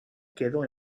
quedó